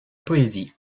poésie